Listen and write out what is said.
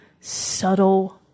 subtle